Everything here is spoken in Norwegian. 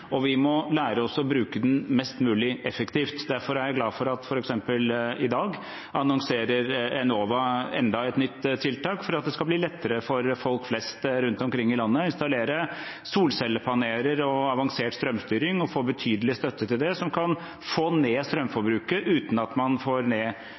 og vi må lære oss å bruke den mest mulig effektivt. Derfor er jeg f.eks. glad for at Enova i dag annonserer enda et nytt tiltak for at det skal bli lettere for folk flest rundt omkring i landet å installere solcellepaneler og avansert strømstyring, og at man skal få betydelig støtte til det – noe som kan få ned